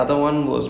mm